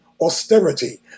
austerity